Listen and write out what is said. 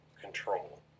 control